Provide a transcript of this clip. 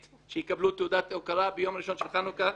שיקבלו תעודת הוקרה ביום הראשון של חנוכה,